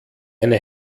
eine